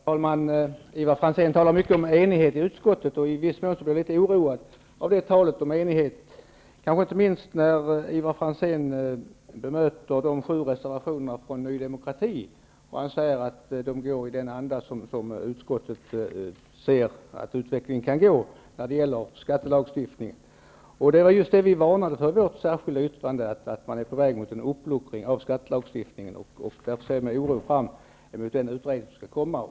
Herr talman! Ivar Franzén talar mycket om enighet i utskottet. Jag blir i viss mån oroad av det talet, kanske inte minst när Ivar Franzén bemöter de sju reservationerna från Ny demokrati. Han säger att de går i den anda som utskottet ser att utvecklingen av skattelagstiftningen kan gå. Vi varnade just för detta i vårt särskilda yttrande, att man är på väg mot en uppluckring av skattelagstiftningen. Jag ser med oro fram mot den utredning som skall komma.